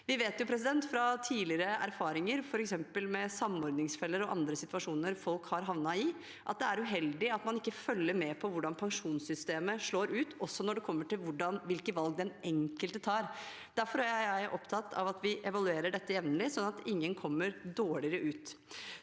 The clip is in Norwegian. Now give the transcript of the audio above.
av dette. Vi vet fra tidligere erfaringer, f.eks. med samordningsfeller og andre situasjoner folk har havnet i, at det er uheldig at man ikke følger med på hvordan pensjonssystemet slår ut også med hensyn til hvilke valg den enkelte tar. Derfor er jeg opptatt av at vi evaluerer dette jevnlig, sånn at ingen kommer dårligere ut.